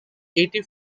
eighty